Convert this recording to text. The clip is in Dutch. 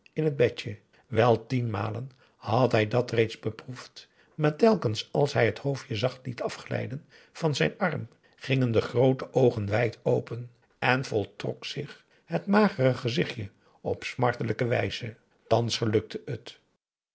in het bedje wel tienmalen had hij dat reeds beproefd maar telkens als hij het hoofdje zacht liet afglijden van zijn arm gingen de groote oogen wijd open en vertrok zich het magere gezichtje op smartelijke wijze thans gelukte het